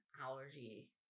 allergy